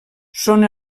són